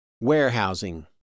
Warehousing